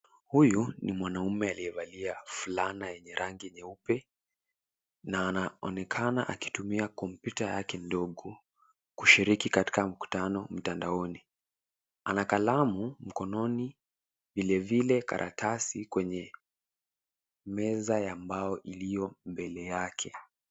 Huyu ni mwanaume aliyevalia fulana yenye rangi nyeupe na anaonekana akitumia Kompyuta yake ndogo kushiriki katika mkutano mtandaoni ana kalamu mkononi vile vile karatasi kwenye meza ya mbao iliyo mbele yake.